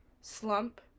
slump